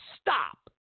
stop